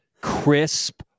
crisp